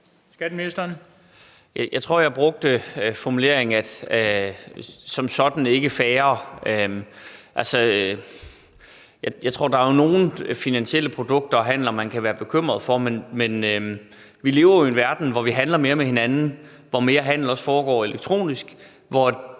(Karsten Lauritzen): Jeg tror, at jeg brugte formuleringen som sådan ikke færre. Jeg tror, at der er nogle finansielle handler og produkter, man kan være bekymret for, men vi lever jo i en verden, hvor vi handler mere med hinanden, hvor mere handel også foregår elektronisk, hvor det